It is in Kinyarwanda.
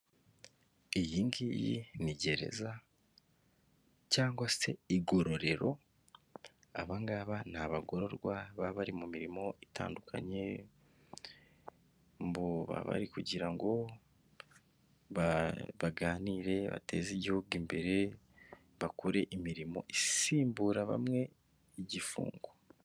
Iyi ngiyi ni gereza cyangwa se igororero, abangaba ni abagororwa baba bari mu mirimo itandukanye, baba bari kugira ngo baganire bateze igihugu imbere, bakore imirimo isimbura bamwe igifungo.